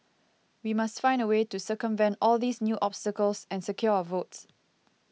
we must find a way to circumvent all these new obstacles and secure our votes